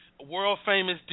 world-famous